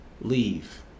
leave